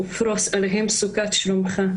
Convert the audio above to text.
ופרוס עליהם סוכת שלומך.